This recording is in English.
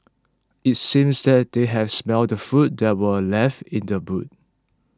it seems that they had smelt the food that were left in the boot